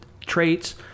traits